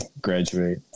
graduate